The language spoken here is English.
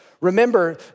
Remember